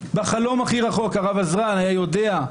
בחלום הכי רחוק הרב עזרן היה יודע,